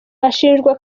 ashinjwa